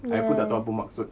yes